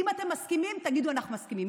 ואם אתם מסכימים, תגידו: אנחנו מסכימים.